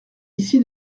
ici